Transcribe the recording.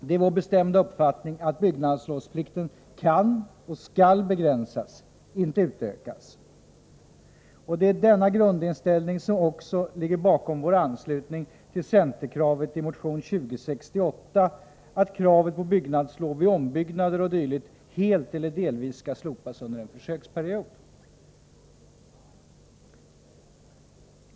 Det är vår bestämda uppfattning att byggnadslovsplikten kan och skall begränsas och inte utökas. Denna grundinställning ligger också bakom vår anslutning till centerförslaget i motion 2068 att kravet på byggnadslov vid ombyggnader o. d. helt eller delvis skall slopas under en försöksperiod.